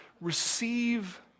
receive